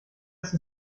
ist